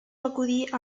acudir